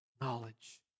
knowledge